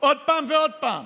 עוד פעם ועוד פעם.